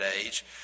age